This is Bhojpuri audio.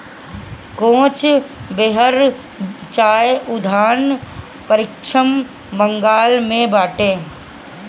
कोच बेहर चाय उद्यान पश्चिम बंगाल में बाटे